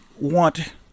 want